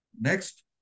next